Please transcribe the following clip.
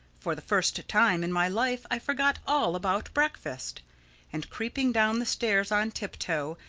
for the first time in my life i forgot all about breakfast and creeping down the stairs on tip-toe,